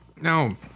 No